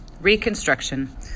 Reconstruction